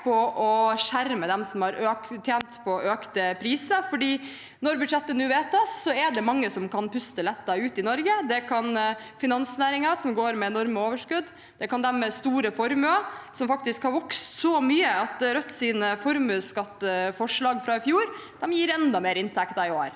på å skjerme dem som har tjent på økte priser, for når budsjettet nå vedtas, er det mange som kan puste lettet ut i Norge. Det kan finansnæringen, som går med enorme overskudd, og det kan de med store formuer. Formuene deres har faktisk vokst så mye at Rødts formuesskatteforslag fra i fjor gir enda mer inntekter i år,